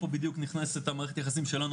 פה בדיוק נכנסת מערכת היחסים שלנו,